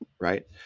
Right